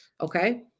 Okay